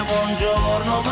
Buongiorno